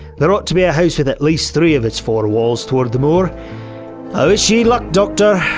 there ought to be a house with at least three of its four walls towards the moor. i wish ye luck doctor.